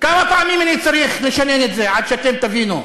כמה פעמים אני צריך לשנן את זה עד שאתם תבינו?